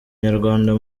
nyarwanda